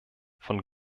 von